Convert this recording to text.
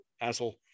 asshole